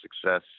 success